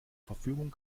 verfügung